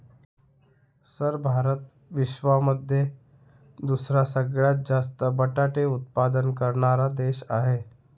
sir Bharat विश्वामध्ये दुसरा सगळ्यात जास्त बटाटे उत्पादन करणारा देश आहे